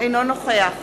אינו נוכח